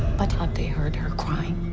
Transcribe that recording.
but have they heard her crying?